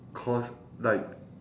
cause like